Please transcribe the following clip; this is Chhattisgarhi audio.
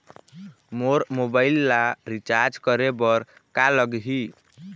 मोर मोबाइल ला रिचार्ज करे बर का लगही?